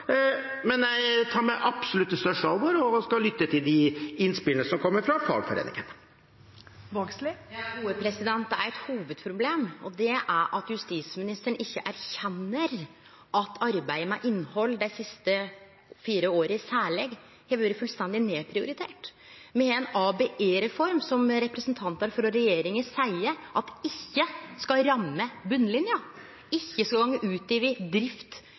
Men jeg tar det på det absolutt største alvor og skal lytte til de innspillene som kommer fra fagforeningene. Det er eit hovudproblem, og det er at justisministeren ikkje erkjenner at arbeidet med innhald, særleg dei siste fire åra, har vore fullstendig nedprioritert. Me har ei ABE-reform, som representantar for regjeringa seier ikkje skal ramme botnlinja eller gå ut over drift